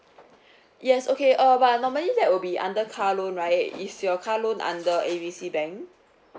yes okay uh but normally that will be under car loan right is your car loan under A B C bank